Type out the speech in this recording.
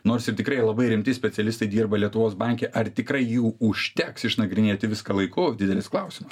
nors ir tikrai labai rimti specialistai dirba lietuvos banke ar tikrai jų užteks išnagrinėti viską laiku didelis klausimas